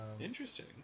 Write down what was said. Interesting